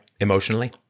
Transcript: emotionally